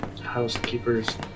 housekeepers